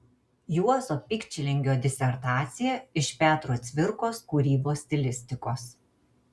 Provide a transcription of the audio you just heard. juozo pikčilingio disertacija iš petro cvirkos kūrybos stilistikos